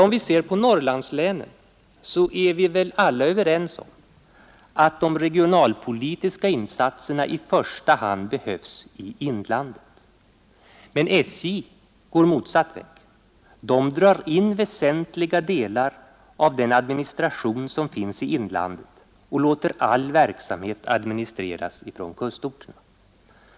Om vi ser på Norrlandslänen, är vi väl alla överens om att de regionalpolitiska insatserna i första hand behövs i inlandet. Men SJ går en motsatt väg — SJ drar in väsentliga delar av den administration som finns i inlandet och låter all verksamhet administreras från kustorterna.